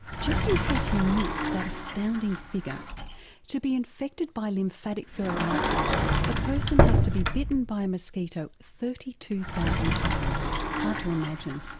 just in case you missed that astounding figure to be infected by lymphatic filariasis a person has to be bitten by a mosquito thirty two thousand times hard to imagine.